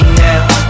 now